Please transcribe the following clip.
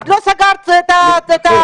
את לא סגרת את המשק,